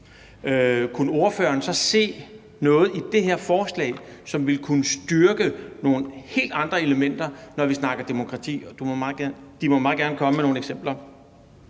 kunne ordføreren så se noget i det her forslag, som ville kunne styrke nogle helt andre elementer, når vi snakker demokrati? Og han må meget gerne komme med nogle eksempler.